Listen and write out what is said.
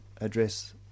address